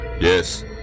Yes